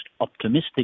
optimistic